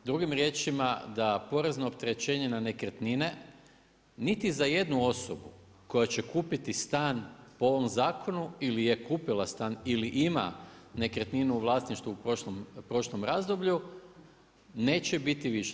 Drugim riječima, da porezno opterećenje na nekretnine, niti za jednu osobu, koja će kupiti stan po ovom zakonu, ili je kupila stan ili ima nekretninu u vlasništvu u prošlom razdoblju, neće biti više.